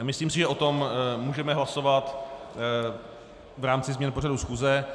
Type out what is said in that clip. Myslím si, že o tom můžeme hlasovat v rámci změn pořadu schůze.